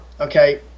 Okay